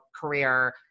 career